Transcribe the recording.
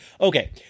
Okay